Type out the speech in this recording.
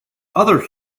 other